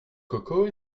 coco